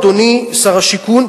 אדוני שר השיכון,